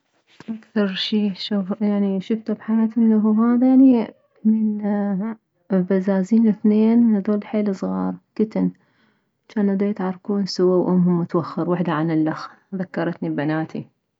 اكثر شي يعني شفته بحياتي انه هذا يعني من بزازين ثنين هذول حيل صغار كيتن جانو ديتعاركون سوى وامهم توخر وحدة عن الخ ذكرتني ببناتي